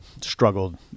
struggled